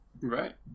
Right